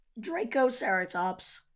Dracoceratops